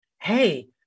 hey